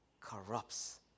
corrupts